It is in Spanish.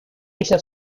ella